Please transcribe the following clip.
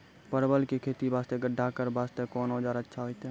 परवल के खेती वास्ते गड्ढा करे वास्ते कोंन औजार अच्छा होइतै?